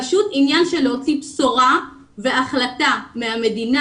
פשוט עניין של להוציא בשורה והחלטה מהמדינה